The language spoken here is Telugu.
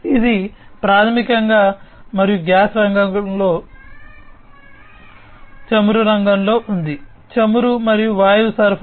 ఇది చమురు మరియు గ్యాస్ రంగంలో ఉంది చమురు మరియు వాయువు సరఫరా